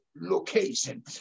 location